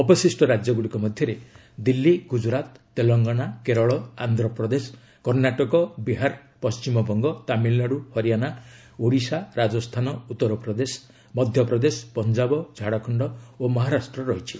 ଅବଶିଷ୍ଟ ରାଜ୍ୟଗ୍ରଡ଼ିକ ମଧ୍ୟରେ ଦିଲ୍ଲୀ ଗୁଜୁରାତ୍ ତେଲଙ୍ଗାନା କେରଳ ଆନ୍ଧ୍ରପ୍ରଦେଶ କର୍ଷ୍ଣାଟକ ବିହାର ପଣ୍ଢିମବଙ୍ଗ ତାମିଲ୍ନାଡୁ ହରିୟାଣା ଓଡ଼ିଶା ରାଜସ୍ଥାନ ଉତ୍ତର ପ୍ରଦେଶ ମଧ୍ୟପ୍ରଦେଶ ପଞ୍ଜାବ ଝାଡ଼ଖଣ୍ଡ ଓ ମହାରାଷ୍ଟ୍ର ରହିଛି